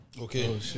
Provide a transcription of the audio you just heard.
Okay